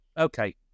Okay